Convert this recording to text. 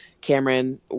Cameron